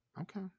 Okay